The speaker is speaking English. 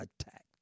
attacked